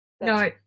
No